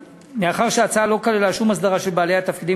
מאחר שההצעה לא כללה שום הסדרה של בעלי התפקידים